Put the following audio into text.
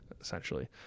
Essentially